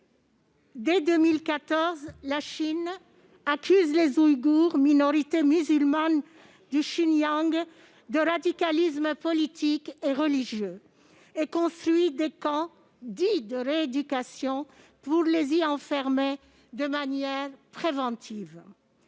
dès 2014, la Chine accuse les Ouïghours, minorité musulmane du Xinjiang, de radicalisme politique et religieux et construit des camps dit « de rééducation » pour les y enfermer de manière préventive.